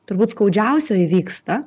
turbūt skaudžiausio įvyksta